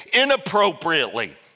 inappropriately